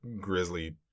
grizzly